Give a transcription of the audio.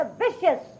vicious